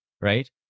right